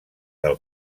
del